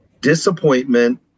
disappointment